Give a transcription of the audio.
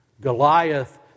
Goliath